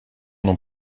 dans